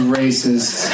racist